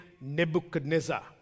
Nebuchadnezzar